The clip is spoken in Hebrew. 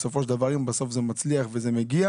בסופו של דבר אם בסוף זה מצליח וזה מגיע